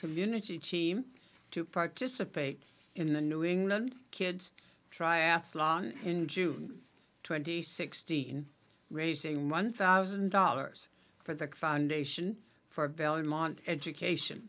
community team to participate in the new england kids triathlon in june twenty sixth raising one thousand dollars for the foundation for belmont education